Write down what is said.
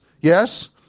Yes